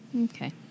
Okay